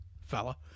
fella